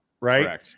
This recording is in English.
right